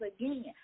again